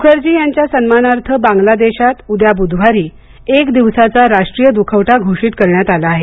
मुखर्जी यांच्या सन्मानार्थ बांग्लादेशात उद्या बुधवारी एक दिवसाचा राष्ट्रीय दुखावता घोषित करण्यात आला आहे